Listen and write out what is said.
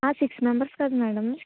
ఆ six members కదా madam eighty